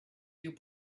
you